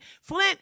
flint